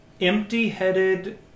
empty-headed